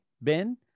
ben